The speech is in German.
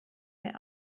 mehr